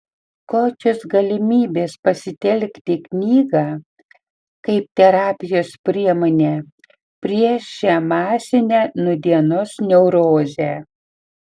kokios galimybės pasitelkti knygą kaip terapijos priemonę prieš šią masinę nūdienos neurozę